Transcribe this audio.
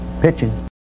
pitching